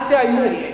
אל תאיימו.